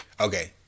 Okay